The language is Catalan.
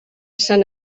sant